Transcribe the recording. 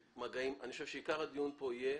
אני חושב שעיקר הדיון כאן יהיה